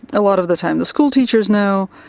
a lot of the time the school teachers know,